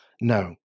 no